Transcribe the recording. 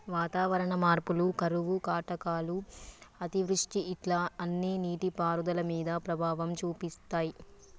వాతావరణ మార్పులు కరువు కాటకాలు అతివృష్టి ఇట్లా అన్ని నీటి పారుదల మీద ప్రభావం చూపితాయ్